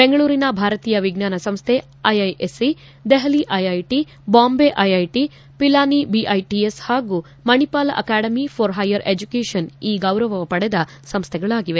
ಬೆಂಗಳೂರಿನ ಭಾರತೀಯ ವಿಜ್ಞಾನ ಸಂಸ್ಲೆ IISc Delhi IIT Bombay IIT Pilani BITS ಹಾಗೂ Manipal Academy of Higher Education ಈ ಗೌರವ ಪಡೆದ ಸಂಸ್ಲೆಗಳಾಗಿವೆ